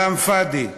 כלאם פאד'י.